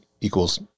equals